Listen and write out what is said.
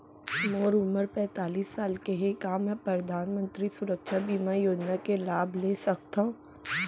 मोर उमर पैंतालीस साल हे का मैं परधानमंतरी सुरक्षा बीमा योजना के लाभ ले सकथव?